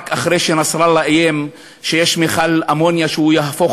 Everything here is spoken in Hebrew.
רק אחרי שנסראללה איים שיש מכל אמוניה שהוא יהפוך